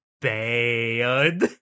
bad